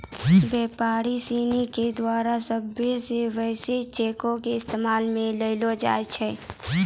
व्यापारी सिनी के द्वारा सभ्भे से बेसी चेको के इस्तेमाल मे लानलो जाय छै